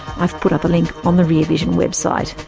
i've put up a link on the rear vision website.